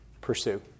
pursue